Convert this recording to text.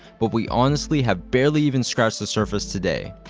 but we honestly have barely even scratched the surface today.